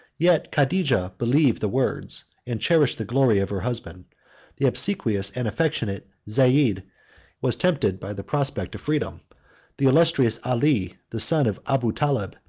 yet cadijah believed the words, and cherished the glory, of her husband the obsequious and affectionate zeid was tempted by the prospect of freedom the illustrious ali, the son of abu taleb,